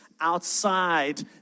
outside